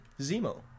Zemo